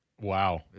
Wow